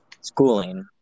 Schooling